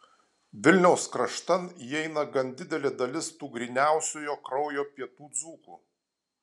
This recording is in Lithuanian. vilniaus kraštan įeina gan didelė dalis tų gryniausiojo kraujo pietų dzūkų